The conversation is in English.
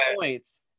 points